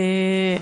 היושב-ראש.